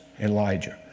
Elijah